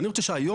אני רוצה שהיום,